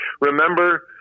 remember